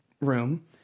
room